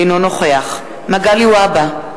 אינו נוכח מגלי והבה,